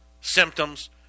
symptoms